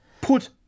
Put